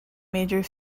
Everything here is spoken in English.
major